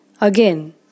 Again